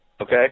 Okay